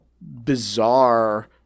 bizarre